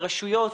לרשויות